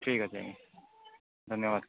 ଠିକ୍ ଅଛି ଆଜ୍ଞା ଧନ୍ୟବାଦ